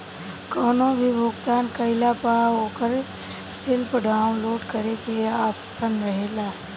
कवनो भी भुगतान कईला पअ ओकर स्लिप डाउनलोड करे के आप्शन रहेला